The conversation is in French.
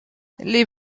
les